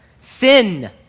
Sin